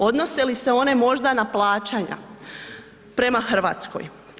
Odnose li se one možda na plaćanja prema Hrvatskoj?